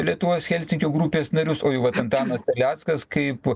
lietuvos helsinkio grupės narius o jau vat antanas terleckas kaip